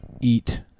eat